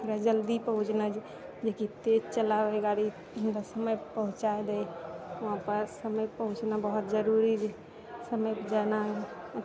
थोड़ा जल्दी पहुँचनाए छै जेकि तेज चलाबै गाड़ी जरा समयपर पहुँचा दै हमरा वहाँ समयपर पहुँचना बहुत जरूरी छै समयपर जाना हइ